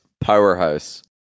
powerhouse